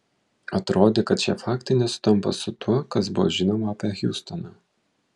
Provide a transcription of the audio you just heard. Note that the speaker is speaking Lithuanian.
atrodė kad šie faktai nesutampa su tuo kas buvo žinoma apie hiustoną